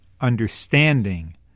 understanding